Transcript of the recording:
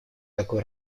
такую